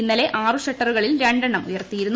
ഇന്നലെ ആറു ഷട്ടറുകളിൽ രണ്ടെണ്ണം ഉയർത്തിയിരുന്നു